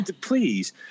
Please